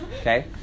Okay